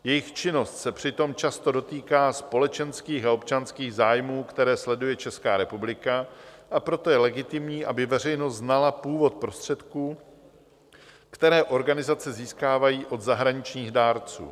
Jejich činnost se přitom často dotýká společenských a občanských zájmů, které sleduje Česká republika, a proto je legitimní, aby veřejnost znala původ prostředků, které organizace získávají od zahraničních dárců.